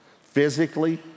physically